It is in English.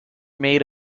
made